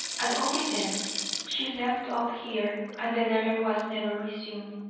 at all events she left off here and the letter was never resumed.